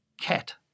cat